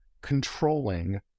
controlling